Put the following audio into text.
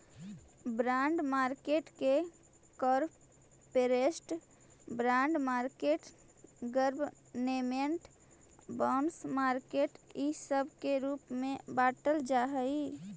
bond market के corporate bond market government bond market इ सब के रूप में बाटल जा हई